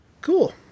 Cool